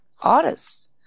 artists